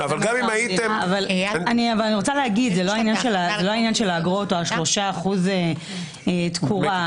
זה לא עניין האגרות או 3% תקורה.